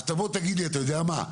אז תבוא ותגיד לי אתה יודע מה?